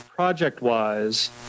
project-wise